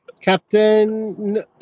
Captain